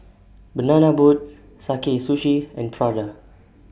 Banana Boat Sakae Sushi and Prada